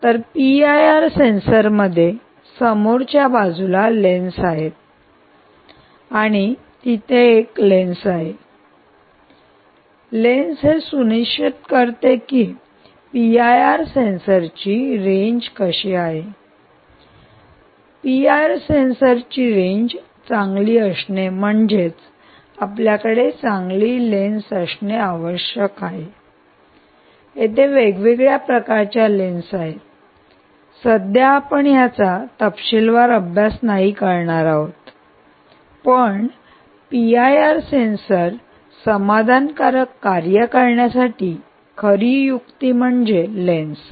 तर PIR sensor मध्ये समोरच्या बाजूला लेन्स आहेत आणि तिथे एक लेन्स असल्याची शक्यता आहे आणि लेन्स हे सुनिश्चित करते की पीआयआर सेन्सरची रेंज कशी आहे आणि पीआयआर सेन्सरची रेंज चांगली असणे म्हणजे आपल्याकडे चांगली लेन्स असणे आवश्यक आहे आणि इथे वेगवेगळ्या प्रकारच्या लेन्स आहेत सध्या आपण याचा तपशीलवार अभ्यास नाही करणार आहोत पण पीआयआर सेन्सर समाधानकारक कार्य करण्यासाठी खरी युक्ती म्हणजे लेन्स